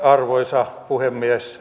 arvoisa puhemies